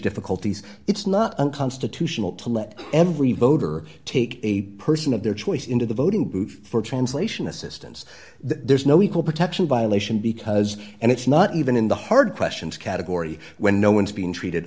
difficulties it's not unconstitutional to let every voter take a person of their choice into the voting booth for translation assistance that there's no equal protection violation because and it's not even in the hard questions category when no one's being treated